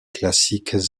classiques